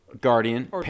Guardian